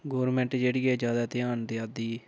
government जेह्ड़ी एह जादा ध्यान देआ दी